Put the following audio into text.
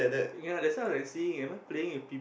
ya that's why I'm like seeing am I playing with people